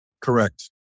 Correct